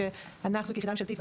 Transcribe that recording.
שאנחנו כיחידה ממשלתית,